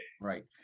Right